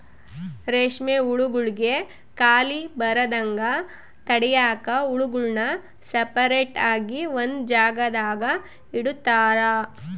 ರೇಷ್ಮೆ ಹುಳುಗುಳ್ಗೆ ಖಾಲಿ ಬರದಂಗ ತಡ್ಯಾಕ ಹುಳುಗುಳ್ನ ಸಪರೇಟ್ ಆಗಿ ಒಂದು ಜಾಗದಾಗ ಇಡುತಾರ